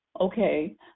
Okay